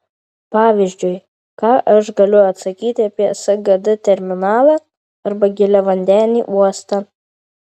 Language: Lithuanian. pavyzdžiui ką aš galiu atsakyti apie sgd terminalą arba giliavandenį uostą